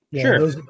Sure